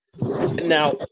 now